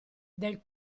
del